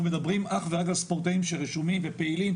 מדברים אך ורק על ספורטאים שרשומים ופעילים,